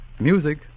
Music